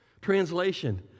Translation